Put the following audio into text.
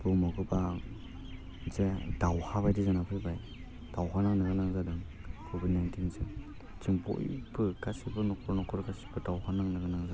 बुहुमाव गोबां जे दावहा बायदि जाना फैबाय दावहा नांनो गोनां जादों कभिड नाइन्टिनि समाव जों बयबो गासिबो नखर नखर दावहा नांनो गोना जादों